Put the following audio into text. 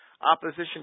opposition